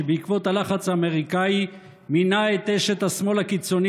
שבעקבות הלחץ האמריקאי מינה את אשת השמאל הקיצוני